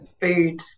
food